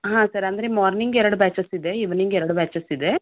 ಹಾಂ ಸರ್ ಅಂದರೆ ಮಾರ್ನಿಂಗ್ ಎರಡು ಬ್ಯಾಚಸ್ ಇದೆ ಈವ್ನಿಂಗ್ ಎರಡು ಬ್ಯಾಚಸ್ ಇದೆ